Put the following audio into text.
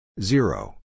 zero